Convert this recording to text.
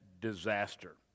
disaster